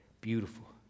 Beautiful